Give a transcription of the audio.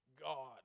God